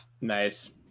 Nice